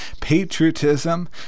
patriotism